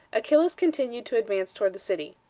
achillas continued to advance toward the city.